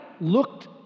looked